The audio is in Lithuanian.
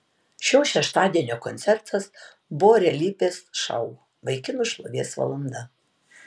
šio šeštadienio koncertas buvo realybės šou vaikinų šlovės valanda